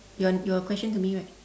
your your question to me right